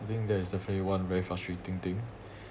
I think that is definitely one very frustrating thing